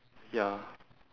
ya